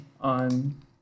on